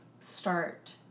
start